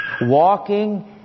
walking